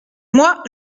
moi